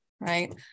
right